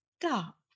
stop